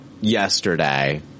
yesterday